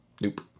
nope